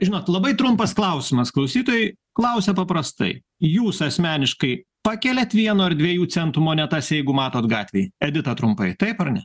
žinot labai trumpas klausimas klausytojai klausia paprastai jūs asmeniškai pakeliat vieno ar dviejų centų monetas jeigu matot gatvėj edita trumpai taip ar ne